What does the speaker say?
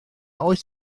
oes